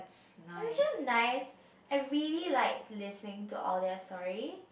it was just nice I really like listening to all their stories